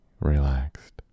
relaxed